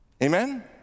Amen